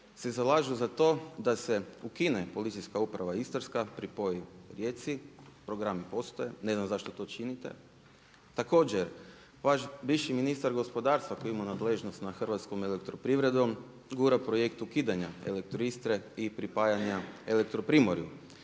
se zalažu za to da se ukine Policijska uprava Istarska, pripoji Rijeci. Programi postoje, ne znam zašto to činite. Također vaš bivši ministar gospodarstva koji ima nadležnost nad HEP gura projekt ukidanja Elektroistre i pripajanja Elektroprimorju,